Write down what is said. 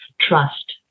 trust